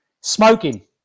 Smoking